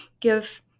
give